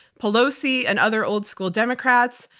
pelosi and other old school democrats,